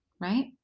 Right